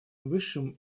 высшим